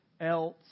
else